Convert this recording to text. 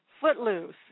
Footloose